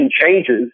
changes